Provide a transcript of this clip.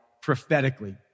prophetically